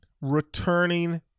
Returning